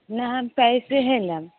नहि हम पैसेही लाएब